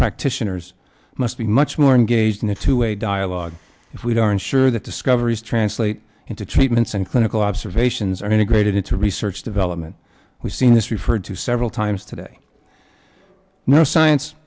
practitioners must be much more engaged in a two way dialogue if we aren't sure that discoveries translate into treatments and clinical observations are integrated into research development we've seen this referred to several times today no science